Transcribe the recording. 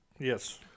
yes